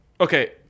Okay